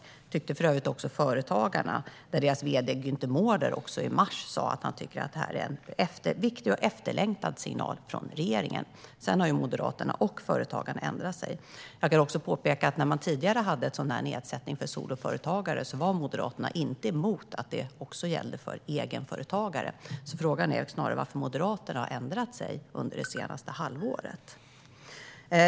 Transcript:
Det tyckte för övrigt också Företagarna, och deras vd Günther Mårder sa i mars att han tycker att detta är en viktig och efterlängtad signal från regeringen. Sedan har Moderaterna och Företagarna ändrat sig. Jag kan också påpeka att när man tidigare hade en nedsättning för soloföretagare var Moderaterna inte emot att det även gällde egenföretagare. Frågan är därför snarare varför Moderaterna har ändrat sig under det senaste halvåret.